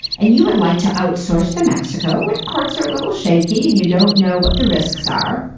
and you would like to outsource to mexico, where the courts are a little shaky, and you don't know what the risks are,